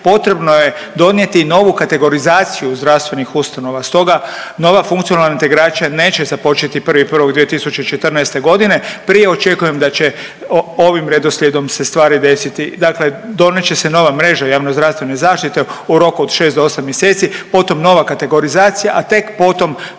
potrebno je donijeti i novu kategorizaciju zdravstvenih ustanova, stoga nova funkcionalna .../Govornik se ne razumije./... neće započeti 1.1.2014. g., prije očekujem da će ovim redoslijedom se stvari desiti, dakle donijet će se nova mreža javnozdravstvene zaštite u roku od 6 do 8 mjeseci, potom nova kategorizacija, a tek potom